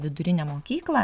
vidurinę mokyklą